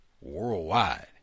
worldwide